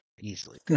easily